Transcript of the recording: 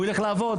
והוא ילך לעבוד.